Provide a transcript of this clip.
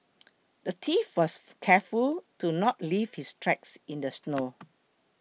the thief was careful to not leave his tracks in the snow